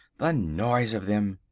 the noise of them!